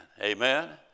amen